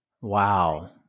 Wow